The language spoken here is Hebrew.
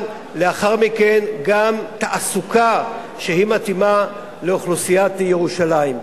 לאחר מכן גם תעסוקה שמתאימה לאוכלוסיית ירושלים.